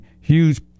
huge